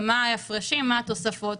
ומה ההפרשים ומה התוספות.